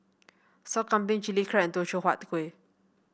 Sop Kambing Chilli Crab Teochew Huat Kueh